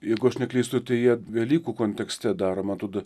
jeigu aš neklystu tai jie vėlykų kontekste daroma tada